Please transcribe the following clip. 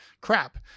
crap